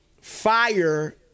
fire